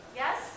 yes